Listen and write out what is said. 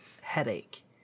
headache